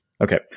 Okay